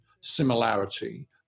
similarity